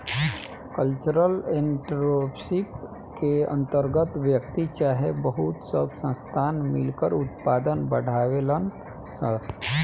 cultural entrepreneurship के अंतर्गत व्यक्ति चाहे बहुत सब संस्थान मिलकर उत्पाद बढ़ावेलन सन